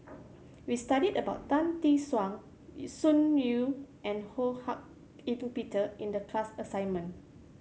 we studied about Tan Tee Suan Sun Yee and Ho Hak Ean Peter in the class assignment